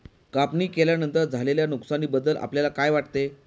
कापणी केल्यानंतर झालेल्या नुकसानीबद्दल आपल्याला काय वाटते?